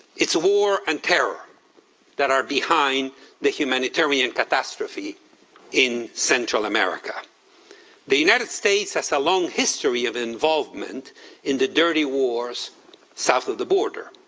it's war and terror that are behind the humanitarian catastrophe in central america the united states has a long history of involvement in the dirty wars south of the border.